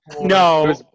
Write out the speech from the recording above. No